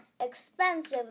expensive